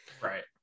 right